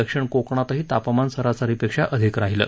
दक्षिण कोकणातही तापमान सरसरीपेक्षा अधिक राहिलं